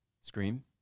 scream